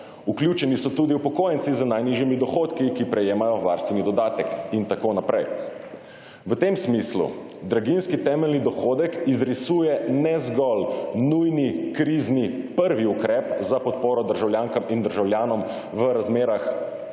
Vključeni so tudi upokojenci z najnižjimi dohodki, ki prejemajo varstveni dodatek in tako naprej. V tem smislu draginjski temeljni dohodek izrisuje ne zgolj nujni krizni prvi ukrep za podporo državljankam in državljanom v razmerah